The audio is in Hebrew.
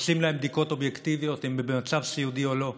עושים להם בדיקות אובייקטיביות אם הם במצב סיעודי או לא.